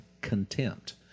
contempt